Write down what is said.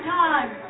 time